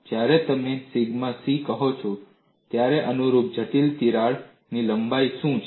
જ્યારે તમે sigma C કહો છો ત્યારે અનુરૂપ જટિલ તિરાડ લંબાઈ શું છે